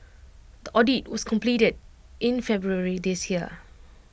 the audit was completed in February this year